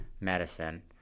medicine